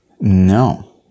No